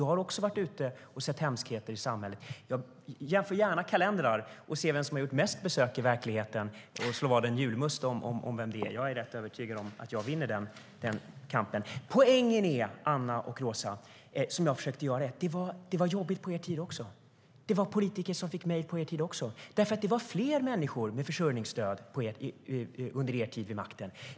Jag har också varit ute och sett hemskheter i samhället. Jag jämför gärna kalendrar för att se vem som har gjort mest besök i verkligheten. Jag kan slå vad om en julmust om vem det är. Jag är rätt övertygad om att jag vinner den kampen. Min poäng är, Anna och Roza, att det var jobbigt på er tid också. Det var politiker som fick mejl på er tid också därför att det var fler människor med försörjningsstöd under er tid vid makten.